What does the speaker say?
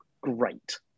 great